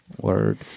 Word